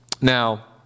Now